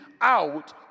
out